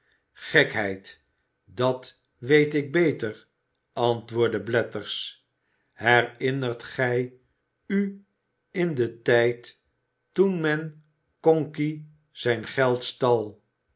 gekheid dat weet ik beter antwoordde blathers herinnert gij u in den tijd toen men conkey zijn geld stal